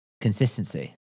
consistency